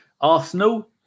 Arsenal